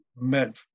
met